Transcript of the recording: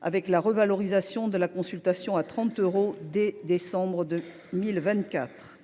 avec la revalorisation de la consultation à 30 euros dès décembre 2024.